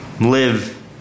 live